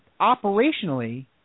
operationally